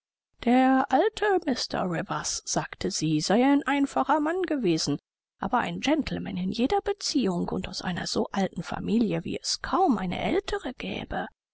der alte mr rivers sagte sie sei ein einfacher mann gewesen aber ein gentleman in jeder beziehung und aus einer so alten familie wie es kaum eine ältere gäbe